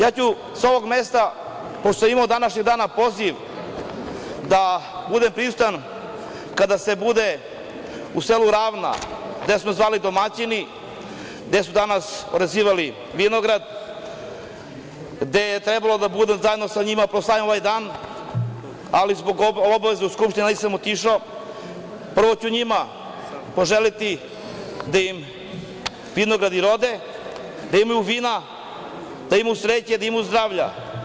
Sa ovog mesta ću, pošto sam imao današnjeg dana poziv da budem prisutan u selu Ravna, gde su me zvali domaćini, gde su danas orezivali vinograd, gde je trebalo da danas zajedno sa njima proslavim ovaj dan, ali zbog obaveza u Skupštini nisam otišao, prvo ću njima poželeti da im vinogradi rode, da imaju vina, da imaju sreće, da imaju zdravlja.